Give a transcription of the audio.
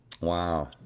Wow